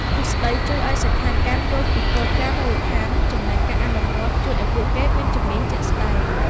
ទ្រឹស្ដីជួយឱ្យសិក្ខាកាមយល់ពីគោលការណ៍មូលដ្ឋាន ចំណែកការអនុវត្តន៍ជួយឱ្យពួកគេមានជំនាញជាក់ស្តែង។